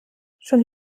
schon